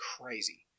crazy